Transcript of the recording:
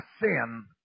sin